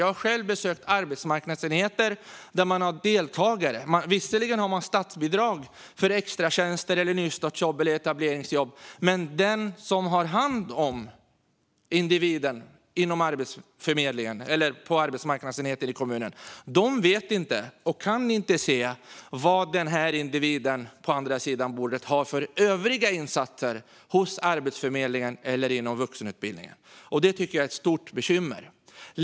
Jag har själv besökt arbetsmarknadsenheter där man visserligen har statsbidrag för extratjänster, nystartsjobb eller etableringsjobb men där den inom enheten som har hand om individen inte vet och inte kan se vad individen på andra sidan bordet har för övriga insatser hos Arbetsförmedlingen eller inom vuxenutbildningen. Det tycker jag är ett stort bekymmer.